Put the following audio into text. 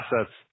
assets